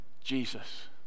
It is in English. Jesus